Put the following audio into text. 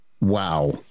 Wow